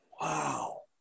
wow